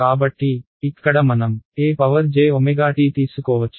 కాబట్టి ఇక్కడ మనం e jt తీసుకోవచ్చు